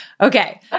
Okay